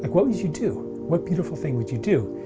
like what would you do? what beautiful thing would you do?